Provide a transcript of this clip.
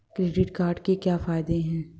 Credit card के क्या फायदे हैं?